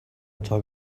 talk